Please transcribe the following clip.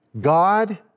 God